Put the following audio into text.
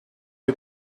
you